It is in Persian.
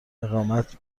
اقامت